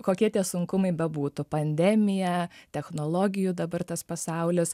kokie tie sunkumai bebūtų pandemija technologijų dabar tas pasaulis